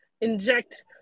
inject